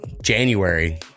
January